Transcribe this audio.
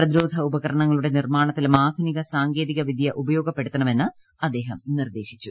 പ്രതിരോധ ഉപകരണങ്ങളുടെ നിർമ്മാണത്തിലും ആധുനിക സാങ്കേ തിക വിദ്യ ഉപയോഗപ്പെടുത്തണമെന്ന് അദ്ദേഹം നിർദ്ദേശിച്ചു